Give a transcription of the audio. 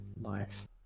life